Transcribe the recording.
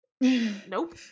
nope